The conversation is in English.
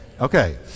Okay